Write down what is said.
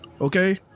okay